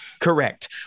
Correct